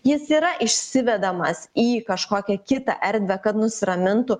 jis yra išsivedamas į kažkokią kitą erdvę kad nusiramintų